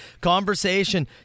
conversation